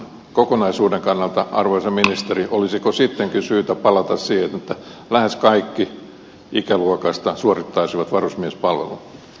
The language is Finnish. kokonaisuuden kannalta arvoisa ministeri olisiko sittenkin syytä palata siihen että lähes kaikki ikäluokasta suorittaisivat varusmiespalvelun